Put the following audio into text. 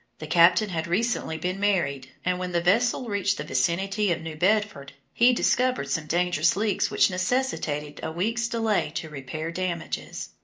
the captain had recently been married and when the vessel reached the vicinity of new bedford, he discovered some dangerous leaks which necessitated a week's delay to repair damages.